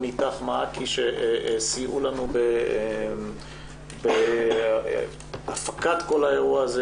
אית"ך-מעכי שסייעו לנו בהפקת האירוע הזה,